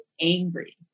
angry